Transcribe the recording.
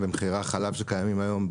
במחירי החלב שקיימים היום,